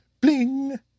bling